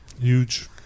Huge